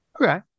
Okay